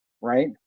right